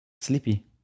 sleepy